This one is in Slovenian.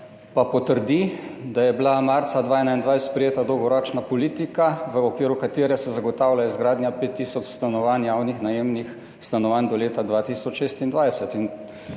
pa potrdi, da je bila marca 2021 sprejeta dolgoročna politika, v okviru katere se zagotavlja izgradnja 5 tisoč stanovanj, javnih najemnih stanovanj do leta 2026.